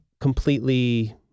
completely